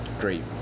great